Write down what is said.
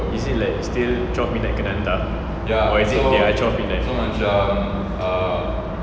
is it like still twelve midnight kena hantar or is it their twelve midnight